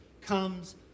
comes